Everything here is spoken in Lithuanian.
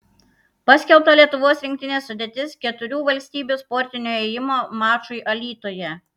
paskelbta lietuvos rinktinės sudėtis keturių valstybių sportinio ėjimo mačui alytuje